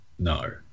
No